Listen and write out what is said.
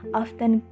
often